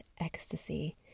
ecstasy